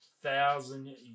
thousand